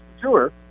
Sure